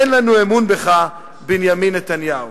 אין לנו אמון בך, בנימין נתניהו.